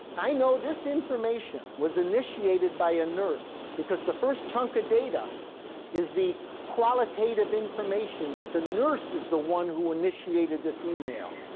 i know this information was initiated by a nurse because the first chunk of data is the qualitative information that the nurse is the one who initiated this email.